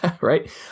right